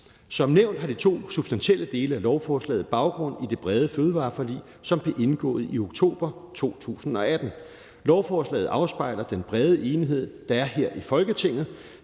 Som nævnt har de to substantielle dele af lovforslaget baggrund i det brede fødevareforlig, som blev indgået i oktober 2018. Lovforslaget afspejler den brede enighed, der er her i Folketinget